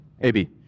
AB